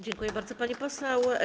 Dziękuję bardzo, pani poseł.